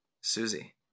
Susie